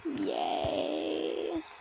yay